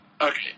Okay